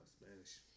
Spanish